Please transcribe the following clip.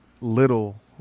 little